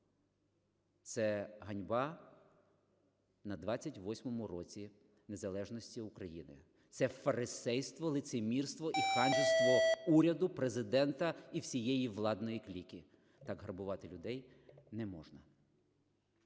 Це ганьба на 28-му році незалежності України, це фарисейство, лицемірство і ханжество уряду, Президента і всієї владної кліки. Так грабувати людей не можна.